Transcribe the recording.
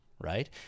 right